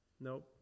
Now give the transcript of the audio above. Nope